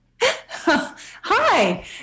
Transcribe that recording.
Hi